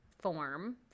form